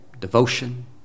devotion